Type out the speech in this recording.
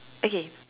okay